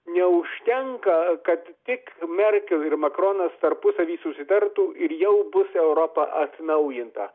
neužtenka kad tik merkel ir makronas tarpusavy susitartų ir jau bus europa atnaujinta